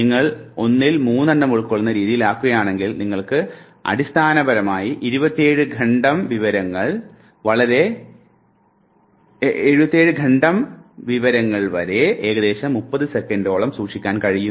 നിങ്ങൾ ഒന്നിൽ 3 എണ്ണം ഉൾക്കൊള്ളുന്ന രീതിയിലാക്കുകയാണെങ്കിൽ നിങ്ങൾക്ക് അടിസ്ഥാനപരമായി 27 ഖണ്ഡം വിവരങ്ങൾ വരെ ഏകദേശം 30 സെക്കൻറോളം സൂക്ഷിക്കാൻ കഴിയുന്നു